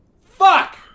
Fuck